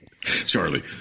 Charlie